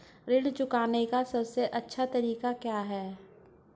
ऋण चुकाने का सबसे अच्छा तरीका क्या है?